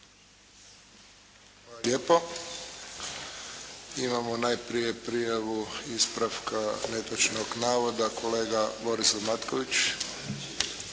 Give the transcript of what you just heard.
lijepo. Imamo najprije prijavu ispravka netočnog navoda, kolega Borislav Matković.